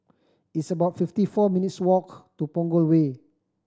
it's about fifty four minutes' walk to Punggol Way